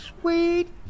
sweet